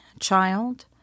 child